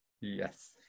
Yes